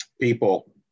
people